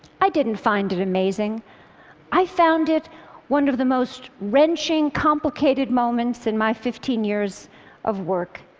i didn't find it amazing i found it one of the most wrenching, complicated moments in my fifteen years of work.